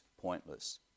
pointless